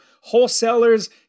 wholesalers